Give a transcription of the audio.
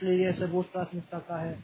इसलिए यह सर्वोच्च प्राथमिकता का है